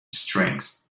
strings